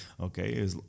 okay